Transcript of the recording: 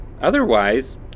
Otherwise